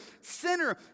sinner